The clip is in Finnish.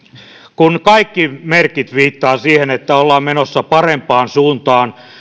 kun kaikki merkit viittaavat siihen että ollaan menossa parempaan suuntaan